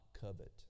covet